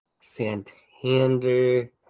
Santander